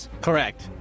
Correct